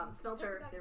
smelter